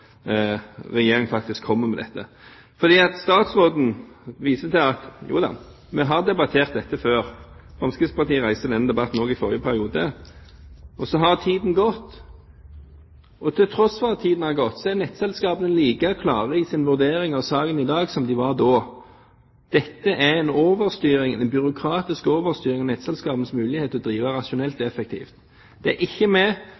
Regjeringen faktisk kommer med dette. Statsråden viser til at jo da, vi har debattert dette før, Fremskrittspartiet reiste denne debatten også i forrige periode. Så har tiden gått, og til tross for at tiden har gått, er nettselskapene like klare i sin vurdering av saken i dag som de var da. Dette er en overstyring, en byråkratisk overstyring av nettselskapenes mulighet til å drive rasjonelt og effektivt. Det er ikke med